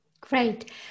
Great